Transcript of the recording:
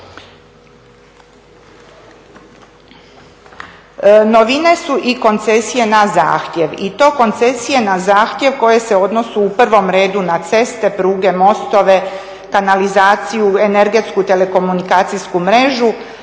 Novine su i koncesije na zahtjev i to koncesije na zahtjev koje se odnose u prvom redu na ceste, pruge, mostove, kanalizaciju, energetsku telekomunikacijsku mrežu,